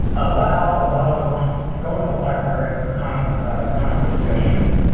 allowed a lot of books to go to the library of congress mission.